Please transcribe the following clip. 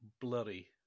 blurry